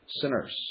Sinners